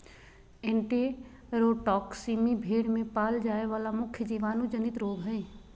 enterotoxaemia भेड़ में पाल जाय वला मुख्य जीवाणु जनित रोग हइ